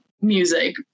music